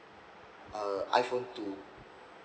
uh iphone two